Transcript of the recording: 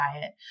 diet